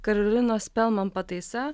karolinos pelmam pataisa